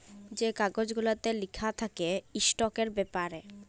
যে কাগজ গুলাতে লিখা থ্যাকে ইস্টকের ব্যাপারে